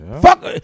Fuck